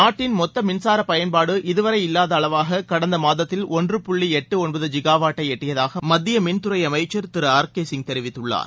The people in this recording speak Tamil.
நாட்டின் மொத்த மின்சார பயன்பாடு இதுவரை இல்லாத அளவாக கடந்த மாதத்தில் ஒன்று புள்ளி எட்டு ஒன்பது ஜிகாவாட்டை எட்டியதாக மத்திய மின்துறை அமைச்சர் திரு ஆர் கே சிங் தெரிவித்துள்ளார்